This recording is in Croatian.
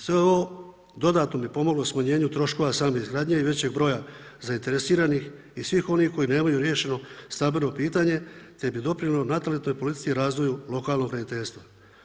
Sve ovo dodatno bi moglo smanjenju troškova same izgradnje i većeg broja zainteresiranih i svih onih koji nemaju riješeno stambeno pitanje te bi doprinijeli natalitetnoj politici i razvoju lokalnog graditeljstva.